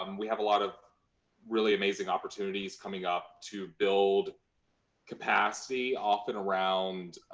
um we have a lot of really amazing opportunities coming up to build capacity often around